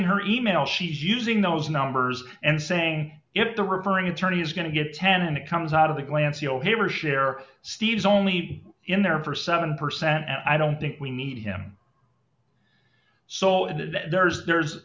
in her email she's using those numbers and saying if the referring attorney is going to get ten and it comes out of the glance you'll hear her share steve's only in there for seven percent i don't think we need him so there's there's